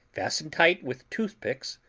fasten tight with toothpicks,